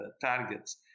targets